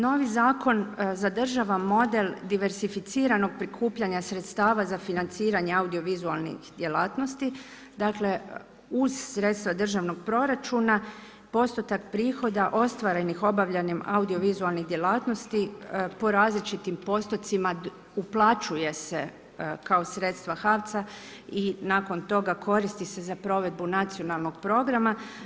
Novi zakon zadržava model diversificiranog prikupljanja sredstava za financiranje audiovizualnih djelatnosti, dakle uz sredstva državnog proračuna postotak prihoda ostvarenih obavljanim audiovizualnih djelatnosti po različitim postocima uplaćuju se kao sredstva HAVC-a i nakon toga koristi se za provedbu nacionalnog programa.